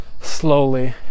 slowly